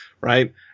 right